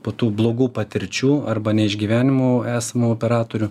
po tų blogų patirčių arba neišgyvenimų esamų operatorių